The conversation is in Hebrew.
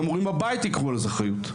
גם הורים בבית ייקחו על זה אחריות.